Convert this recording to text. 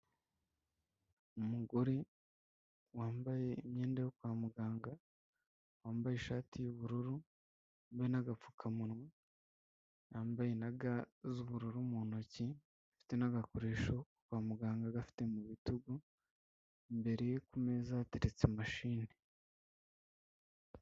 Umugore wambaye imyenda yo kwa muganga wambaye ishati y'ubururu n'agapfukamunwa, yambaye na ga z'ubururu mu ntoki, afite n'agakoresho kwa muganga agafite mu bitugu, imbere ye ku meza hateretse mashine.